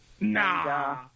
Nah